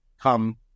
come